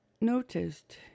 noticed